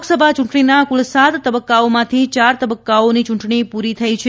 લોકસભા યૂંટણીના કુલ સાત તબક્કાઓમાંથી ચાર તબક્કાઓની યૂંટણી પૂરી થઇ છે